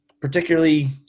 particularly